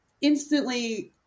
instantly